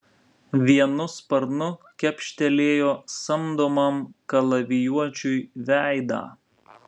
vienu sparnu kepštelėjo samdomam kalavijuočiui veidą